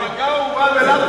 אבל גם המובן מאליו,